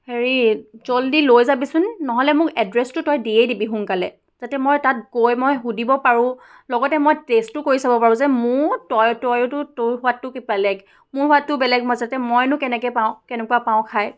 হেৰি জল্দি লৈ যাবিচোন নহ'লে মোক এড্ৰেছটো তই দিয়েই দিবি সোনকালে যাতে মই তাত গৈ মই সুধিব পাৰোঁ লগতে মই টেষ্টো কৰি চাব পাৰোঁ যে মোৰ তই তইতো তোৰ সোৱাদটোতো বেলেগ মোৰ সোৱাদটোও বেলেগ যাতে মইনো কেনেকৈ পাওঁ কেনেকুৱা পাওঁ খাই